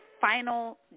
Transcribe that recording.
final